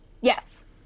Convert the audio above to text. Yes